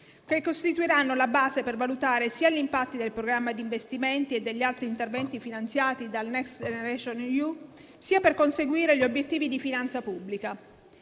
che costituiranno la base sia per valutare gli impatti del programma di investimenti e degli altri interventi finanziati dal Next generation EU sia per conseguire gli obiettivi di finanza pubblica.